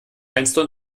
fenster